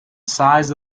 size